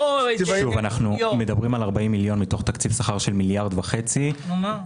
אנחנו מדברים על 40 מיליון שקלים מתוך תקציב שכר של מיליארד וחצי שקלים.